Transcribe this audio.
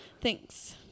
thanks